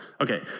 Okay